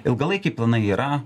ilgalaikiai planai yra